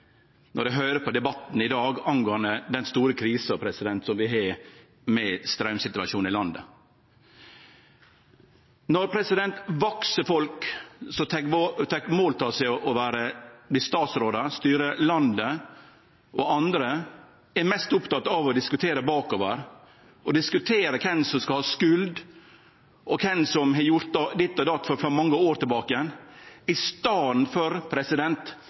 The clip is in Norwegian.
når eg høyrer på debatten i dag om den store krisa vi har med straumsituasjonen i landet. Vaksne folk som tek mål av seg til å verte statsrådar og styre landet, og andre, er mest opptekne av å sjå bakover i tid og diskutere kven som skal ha skuld, og kven som har gjort ditt og datt for mange år tilbake, i staden for